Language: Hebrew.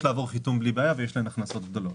לעבור חיתום בלי בעיה ויש להן הכנסות גדולות.